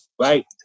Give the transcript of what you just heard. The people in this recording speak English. Right